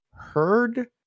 heard